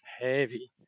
heavy